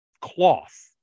cloth